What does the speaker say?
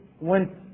went